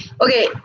okay